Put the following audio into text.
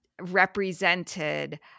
represented